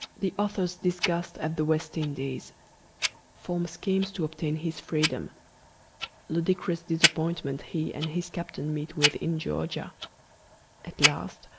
the author's disgust at the west indies forms schemes to obtain his freedom ludicrous disappointment he and his captain meet with in georgia at last,